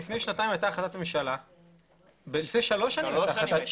לפני שנתיים הייתה החלטת ממשלה ולפני שלוש שנים הייתה החלטת ממשלה.